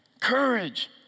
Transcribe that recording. Courage